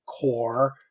core